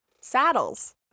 saddles